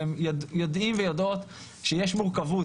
והם יודעים ויודעות שיש מורכבות,